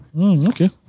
Okay